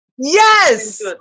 Yes